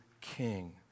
king